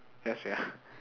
ya sia